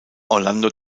orlando